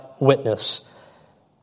witness